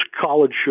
college